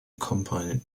accompanied